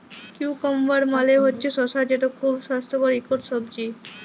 cucumber মালে হছে শসা যেট খুব স্বাস্থ্যকর ইকট সবজি